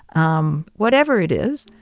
um whatever it is.